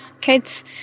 kids